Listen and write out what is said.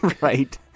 Right